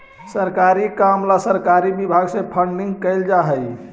सरकारी काम ला सरकारी विभाग से फंडिंग कैल जा हई